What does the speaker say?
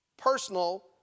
personal